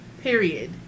period